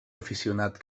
aficionat